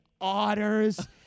otters